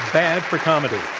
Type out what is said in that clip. bad for comedy.